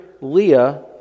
Leah